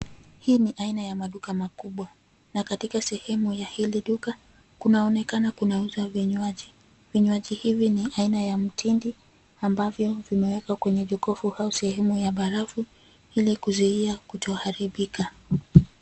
Hii ni aina ya maduka makubwa, na katika sehemu ya hili duka kunaonekana kunauzwa vinywaji. Vinywaji hivi ni aina ya mtindi ambavyo vimewekwa kwenye jokofu au sehemu ya barafu ilikuzuia kutoharibika.